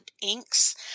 inks